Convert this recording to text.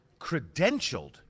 credentialed